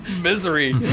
Misery